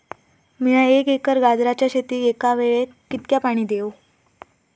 मीया एक एकर गाजराच्या शेतीक एका वेळेक कितक्या पाणी देव?